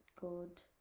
good